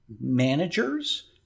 managers